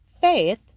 faith